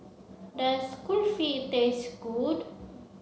does Kulfi taste good